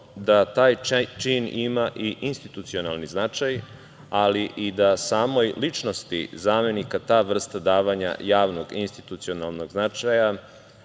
da taj čin ima i institucionalni značaj, ali i da samoj ličnosti zamenika ta vrsta davanja javnog institucionalnog značaja,